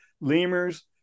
lemurs